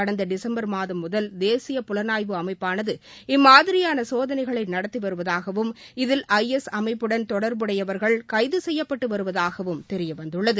கடந்த டிசம்பர் மாதம் முதல் தேசிய புலனாய்வு அமைப்பானது இம்மாதிரியான சோதனைகளை நடத்தி வருவதாகவும் இதில் ஐ எஸ் அமைப்புடன் தொடர்புடையவர்கள் கைது செய்யப்பட்டு வருவதாகவும் தெரியவந்துள்ளது